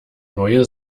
neue